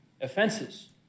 offenses